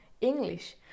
English